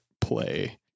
play